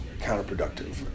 counterproductive